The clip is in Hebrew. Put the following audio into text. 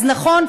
אז נכון,